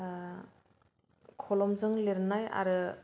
खलमजों लिरनाय आरो